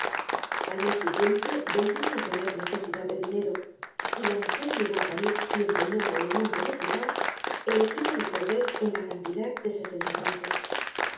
mes siguiente volvieron á tener necesidad de dinero y la mujer llevó á parís y empeñó en el monte de piedad el equipo de cosette en la cantidad de sesenta francos